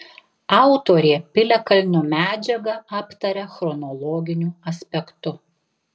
autorė piliakalnio medžiagą aptaria chronologiniu aspektu